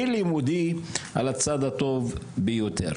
ולימודי על הצד הטוב ביותר.